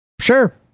Sure